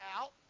out